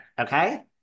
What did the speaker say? Okay